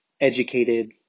educated